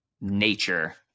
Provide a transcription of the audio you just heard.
nature